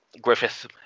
Griffith